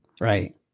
right